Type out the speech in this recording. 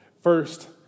First